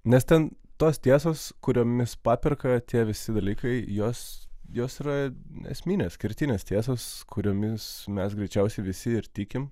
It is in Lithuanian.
nes ten tos tiesos kuriomis paperka tie visi dalykai jos jos yra neesminės kertinės tiesos kuriomis mes greičiausiai visi ir tikim